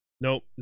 Nope